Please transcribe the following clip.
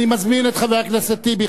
אני מזמין את חבר הכנסת טיבי.